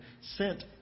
sent